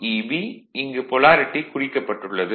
Eb இங்கு polarity குறிக்கப்பட்டுள்ளது